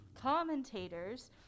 commentators